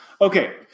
Okay